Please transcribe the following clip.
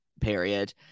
period